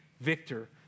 victor